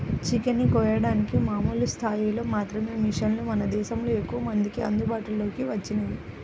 chicken ని కోయడానికి మామూలు స్థాయిలో మాత్రమే మిషన్లు మన దేశంలో ఎక్కువమందికి అందుబాటులోకి వచ్చినియ్యి